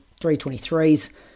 323s